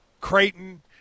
Creighton